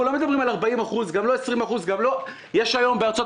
אנחנו לא מדברים על 40% וגם לא על 20%. יש היום בארצות